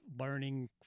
learning